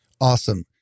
Awesome